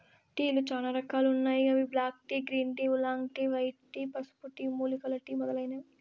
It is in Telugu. టీలు చానా రకాలు ఉన్నాయి అవి black tea, green tea, oolong tea, white tea, పసుపు టీ, మూలికల టీ మొదలైనవి